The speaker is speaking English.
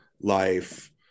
life